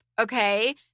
okay